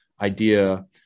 idea